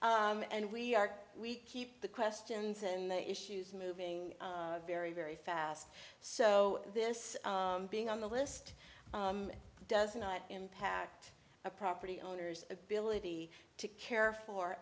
was and we are we keep the questions and the issues moving very very fast so this being on the list does not impact a property owner's ability to care for